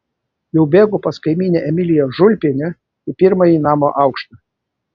jau bėgu pas kaimynę emiliją žulpienę į pirmąjį namo aukštą